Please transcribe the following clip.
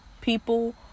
people